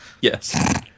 Yes